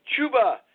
Chuba